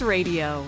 Radio